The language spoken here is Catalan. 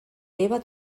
lleva